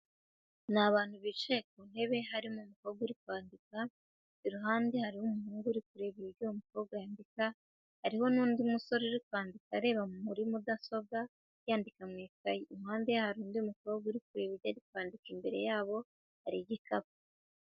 Ni abantu bicaye ku ntebe, harimo umukobwa uri kwandika, iruhande hariho umuhungu uri kureba ibyo uwo mukobwa yandika hariho n'undi musore uri kwandika areba muri mudasobwa yandika mu ikayi, impande ye hari undi mukobwa uri kureba ibyo ari kwandika imbere yabo, hari igikapu.